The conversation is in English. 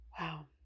Wow